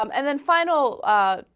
um and then final ah.